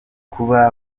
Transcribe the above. kuba